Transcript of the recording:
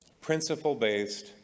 principle-based